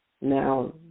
Now